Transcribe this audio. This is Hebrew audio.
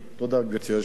תודה, גברתי היושבת-ראש.